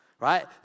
Right